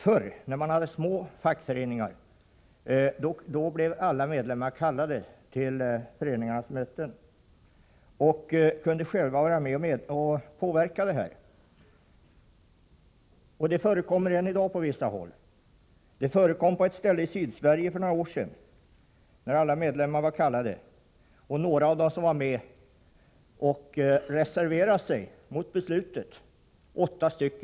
Förr, då man hade små fackföreningar, blev alla medlemmar kallade till föreningarnas möten och kunde själva vara med och påverka besluten. Det förekommer än i dag på vissa håll. Det förekom på ett ställe i Sydsverige för några år sedan. Alla medlemmar var kallade till mötet, och några av dem som var med reserverade sig mot beslutet om kollektivanslutning — det var åtta medlemmar.